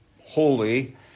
holy